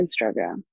Instagram